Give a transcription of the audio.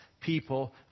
people